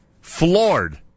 floored